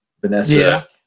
Vanessa